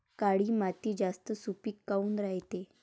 काळी माती जास्त सुपीक काऊन रायते?